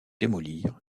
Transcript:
démolir